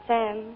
Sam